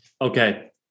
okay